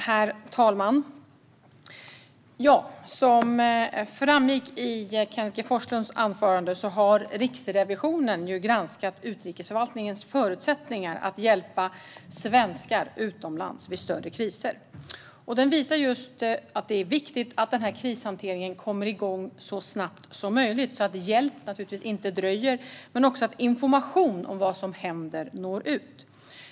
Herr talman! Som framgick av Kenneth G Forslunds anförande har Riksrevisionen granskat utrikesförvaltningens förutsättningar att hjälpa svenskar utomlands vid större kriser. Granskningen visar att det är viktigt att krishanteringen kommer igång så snabbt som möjligt så att hjälp inte dröjer men också så att information om vad som händer når ut.